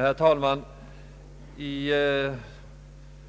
Herr talman! I